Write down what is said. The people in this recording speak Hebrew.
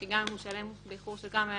כי גם אם הוא משלם באיחור של כמה ימים,